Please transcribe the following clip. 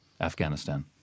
Afghanistan